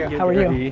how are you?